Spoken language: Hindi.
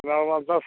लगभग दस